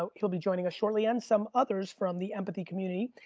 so he'll be joining us shortly and some others from the empathy community.